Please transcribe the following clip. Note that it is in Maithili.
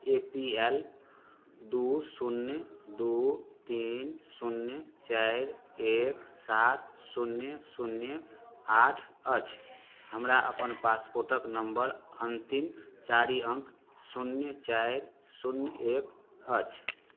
ए पी एल दुइ शून्य दुइ तीन शून्य चारि एक सात शून्य शून्य आठ अछि हमरा पासपोर्टके नम्बर अन्तिम चारि अङ्क शून्य चारि शून्य एक अछि